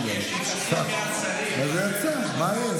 אז הוא יצא, מה יש?